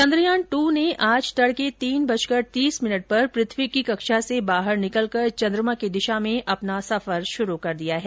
चन्द्रयान दू ने आज तडके तीन बजकर तीस मिनट पर पृथ्वी की कक्षा से बाहर निकलकर चेन्द्रमा की दिशा में अपना सफर शुरू कर दिया है